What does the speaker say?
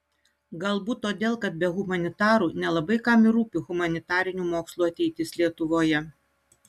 galbūt todėl kad be humanitarų nelabai kam ir rūpi humanitarinių mokslų ateitis lietuvoje